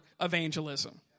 evangelism